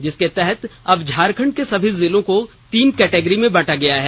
जिसके तहत अब झारखंड के सभी जिलों को तीन कैटेगरी में बांटा गया है